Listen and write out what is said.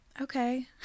Okay